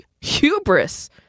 hubris